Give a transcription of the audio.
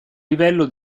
livello